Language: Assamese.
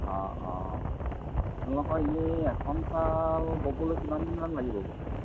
অঁ অঁ আপোনালোকৰ এনেই এখন শ্বাল ব'বলৈ কিমান দিনমান লাগিব বাৰু